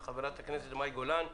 חה"כ מאי גולן,